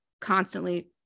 constantly